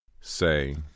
Say